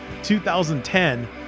2010